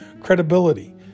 credibility